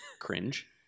cringe